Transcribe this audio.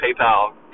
PayPal